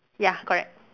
ya correct